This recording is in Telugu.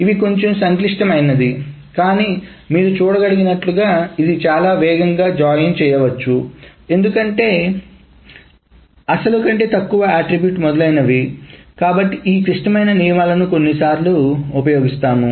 ఇవి కొంచెం సంక్లిష్టమైనది కానీ మీరు చూడగలిగినట్లుగా ఇది చాలా వేగంగాజాయిన్ చేయవచ్చు ఎందుకంటే అసలుకంటే తక్కువ అట్రిబ్యూట్ మొదలైనవి కాబట్టి ఈ క్లిష్టమైన నియమాలను కొన్నిసార్లు ఉపయోగిస్తాము